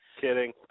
Kidding